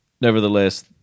nevertheless